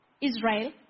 Israel